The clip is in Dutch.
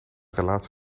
relatie